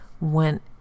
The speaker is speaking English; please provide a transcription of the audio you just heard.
went